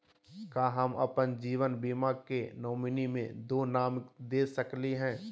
का हम अप्पन जीवन बीमा के नॉमिनी में दो नाम दे सकली हई?